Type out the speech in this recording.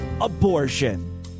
Abortion